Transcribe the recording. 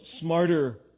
smarter